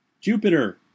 Jupiter